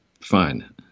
fine